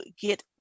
get